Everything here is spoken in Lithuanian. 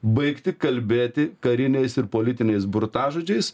baigti kalbėti kariniais ir politiniais burtažodžiais